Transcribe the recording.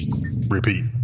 repeat